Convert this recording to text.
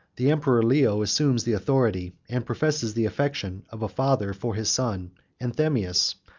the emperor leo assumes the authority, and professes the affection, of a father, for his son anthemius,